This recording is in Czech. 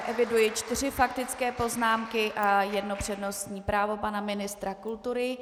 Eviduji čtyři faktické poznámky a jedno přednostní právo pana ministra kultury.